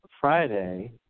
Friday